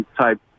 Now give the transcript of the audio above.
type